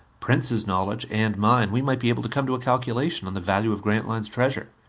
prince's knowledge and mine we might be able to come to a calculation on the value of grantline's treasure.